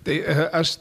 tai e aš